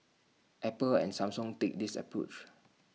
Apple and Samsung take this approach